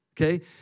okay